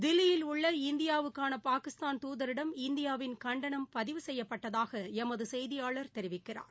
தில்லியில் உள்ள இந்தியாவுக்கான பாகிஸ்தாள் தூதரரிடம் இந்தியாவின் கண்டனம் பதிவு செய்யப்பட்டதாக எமது செய்தியாளர் தெரிவிக்கிறார்